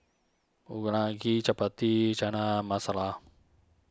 Unagi Chapati Chana Masala